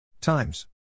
times